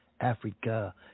Africa